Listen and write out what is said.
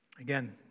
again